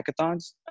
hackathons